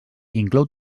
inclou